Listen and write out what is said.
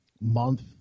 month